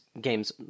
games